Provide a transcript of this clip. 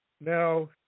Now